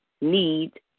need